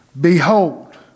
Behold